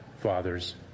fathers